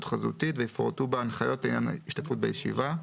חזותית ויפורטו בה הנחיות לעניין השתתפות בישיבה.